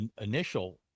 initial